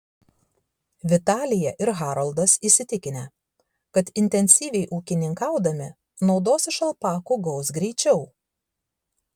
vitalija ir haroldas įsitikinę kad intensyviai ūkininkaudami naudos iš alpakų gaus greičiau